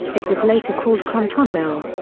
it was later called comptonville.